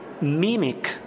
mimic